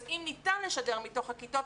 אבל אם ניתן לשדר מתוך הכיתות,